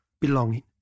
belonging